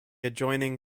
adjoining